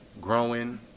growing